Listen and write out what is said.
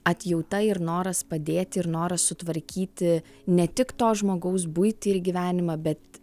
atjauta ir noras padėti ir noras sutvarkyti ne tik to žmogaus buitį ir gyvenimą bet